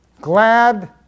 Glad